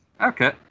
Okay